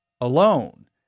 alone